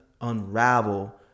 unravel